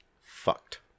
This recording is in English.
fucked